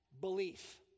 belief